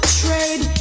trade